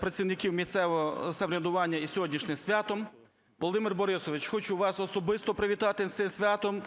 працівників місцевого самоврядування із сьогоднішнім святом. Володимир Борисович, хочу вас особисто привітати з цим святом,